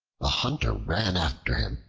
the hunter ran after him,